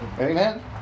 Amen